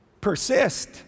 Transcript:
persist